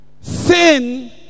Sin